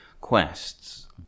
quests